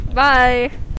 bye